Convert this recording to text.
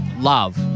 love